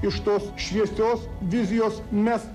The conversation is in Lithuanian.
iš tos šviesios vizijos mes